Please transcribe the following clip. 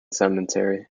cemetery